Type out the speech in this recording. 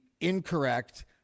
incorrect